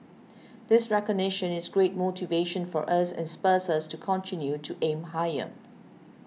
this recognition is great motivation for us and spurs us to continue to aim higher